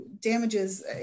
damages